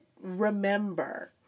remember